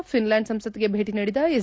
Finland ಸಂಸತ್ಗೆ ಭೇಟಿ ನೀಡಿದ ಎಸ್